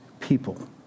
people